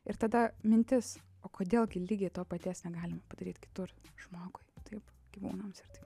ir tada mintis o kodėl gi lygiai to paties negalima padaryt kitur žmogui taip gyvūnams ir taip